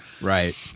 Right